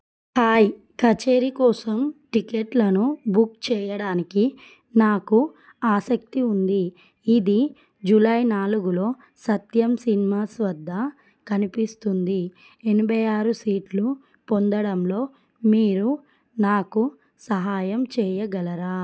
hi కచేరీ కోసం టికెట్లను బుక్ చేయడానికి నాకు ఆసక్తి ఉంది ఇది జూలై నాలుగులో సత్యం సినిమాస్ వద్ద కనిపిస్తుంది ఎనభై ఆరు సీట్లు పొందడంలో మీరు నాకు సహాయం చెయ్యగలరా